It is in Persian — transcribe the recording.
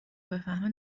بفهمه